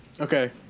Okay